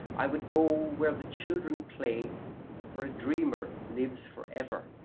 i would go where the children play for a dreamer lives forever,